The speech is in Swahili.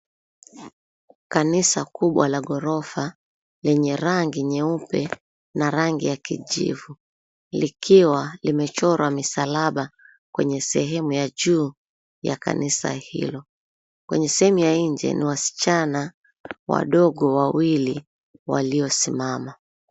Kanisa kubwa la ghorofa, lenye rangi nyeupe na rangi ya kijivu likiwa limechorwa misalaba kwenye sehemu ya juu ya kanisa hilo. Kwenye sehemu ya nje, kuna wasichana wadogo wawili, waliosimama.